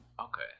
Okay